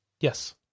Yes